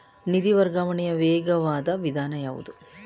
ನಿಧಿ ವರ್ಗಾವಣೆಯ ವೇಗವಾದ ವಿಧಾನ ಯಾವುದು?